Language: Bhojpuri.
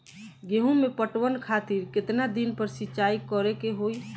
गेहूं में पटवन खातिर केतना दिन पर सिंचाई करें के होई?